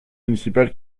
municipale